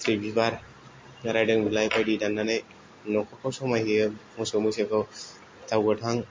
खाथ्रि बिबार रायदों बिलाइ बायदि दाननानै न'खरखौ समायहोयो मोसौ मोसाखौ थाव गोथां